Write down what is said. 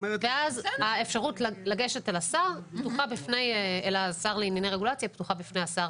ואז האפשרות לגשת אל השר לענייני רגולציה היא פתוחה בפני השר.